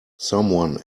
someone